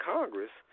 Congress